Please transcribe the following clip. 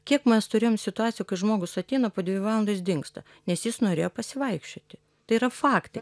kiek mes turėjom situacijų kai žmogus ateina po dviejų valandų jis dingsta nes jis norėjo pasivaikščioti tai yra faktai